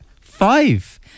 Five